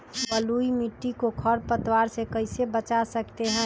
बलुई मिट्टी को खर पतवार से कैसे बच्चा सकते हैँ?